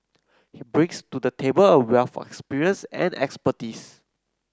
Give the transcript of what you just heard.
he brings to the table a wealth of experience and expertise